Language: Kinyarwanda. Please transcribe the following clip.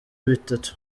bitatu